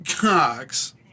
Cox